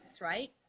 right